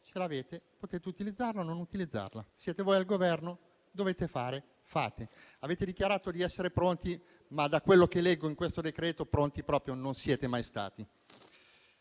proposta, potete utilizzarla o non utilizzarla. Siete voi al Governo: dovete fare, fate. Avete dichiarato di essere pronti, ma da quello che leggo in questo decreto-legge pronti proprio non siete mai stati.